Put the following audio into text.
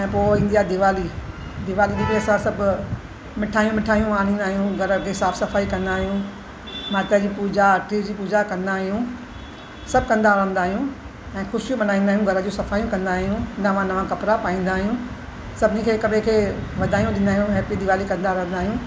ऐं पोइ ईंदी आहे दीवाली दीवाली ते बि असां सब मिठाइयूं मिठाइयूं विराईंदा आहियूं घर खे साफ़ सफ़ाई कंदा आहियूं माता जी पूजा आरती जी पूजा कंदा आहियूं सभु कंदा रहंदा आहियूं ऐं ख़ुशियूं मल्हाईंदा आहियूं घर जूं सफ़ाइयूं कंदा आहियूं नवा नवा कपिड़ा पाईंदा आहियूं सभिनी खे हिकु ॿिए खे वाधायूं ॾींदा आहियूं हैप्पी दीवाली कंदा रहंदा आहियूं